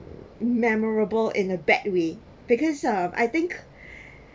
memorable in a bad way because uh I think